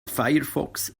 firefox